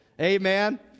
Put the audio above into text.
Amen